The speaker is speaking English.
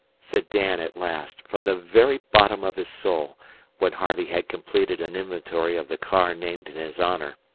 said dan at last from the very bottom of his soul when harvey had completed an inventory of the car named in his honour.